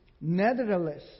Nevertheless